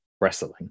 wrestling